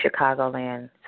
Chicagoland